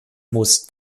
muss